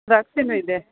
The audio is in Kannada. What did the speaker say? ದ್ರಾಕ್ಷಿಯೂ ಇದೆ